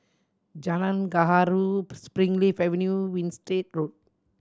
Jalan Gaharu Springleaf Avenue Winstedt Road